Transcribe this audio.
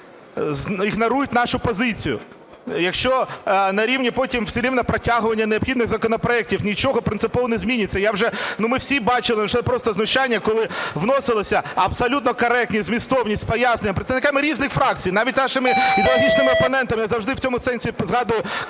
ігнорують нашу позицію, якщо на рівні, потім все рівно протягування необхідних законопроектів нічого принципово не змінюється. Всі бачили, просто знущання, коли вносилися абсолютно коректні, змістовні, з поясненнями, представниками різних фракцій, навіть нашими ідеологічними опонентами. Завжди в цьому сенсі згадували